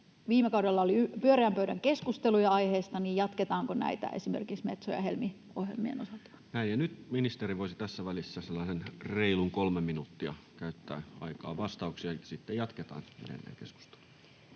viime kaudella oli pyöreän pöydän keskusteluja aiheesta, niin jatketaanko näitä esimerkiksi Metso- ja Helmi-ohjelmien osalta? Nyt ministeri voisi tässä välissä sellaisen reilu kolme minuuttia käyttää aikaa vastaukseen. Sitten jatketaan edelleen keskustelua.